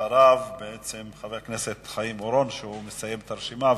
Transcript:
אחריו, חבר הכנסת חיים אורון, שמסיים את הרשימה.